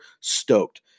stoked